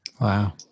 wow